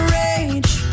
rage